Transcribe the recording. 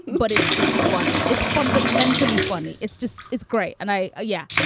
but it's just funny. it's fundamentally funny. it's just it's great. and i. yeah,